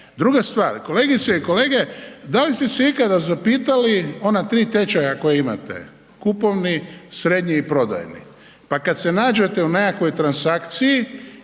Druga stvar, kolegice i kolege da li ste se ikada zapitali ona tri tečaja koja imate, kupovni, srednji i prodajni, pa kad se nađete u nekakvoj transakciji,